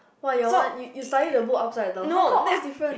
!wow! your one you you study the book upside down how come all different